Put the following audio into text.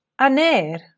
Aner